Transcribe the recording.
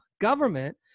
government